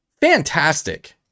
fantastic